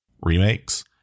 remakes